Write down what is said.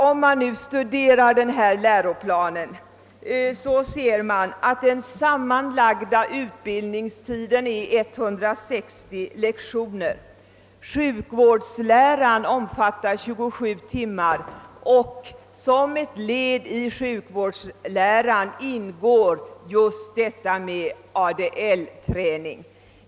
Om man studerar läroplanen finner man att den sammanlagda utbildningstiden är 160 lektioner. Undervisningen i sjukvårdslära omfattar 27 timmar, och som ett led i den na undervisning ingår just ADL-träning.